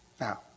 Now